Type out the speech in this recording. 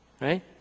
right